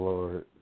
Lord